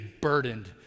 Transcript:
burdened